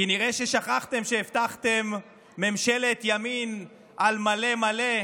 כנראה, שכחתם שהבטחתם ממשלת ימין על מלא מלא,